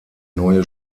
neue